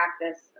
practice